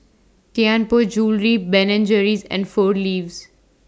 Tianpo Jewellery Ben and Jerry's and four Leaves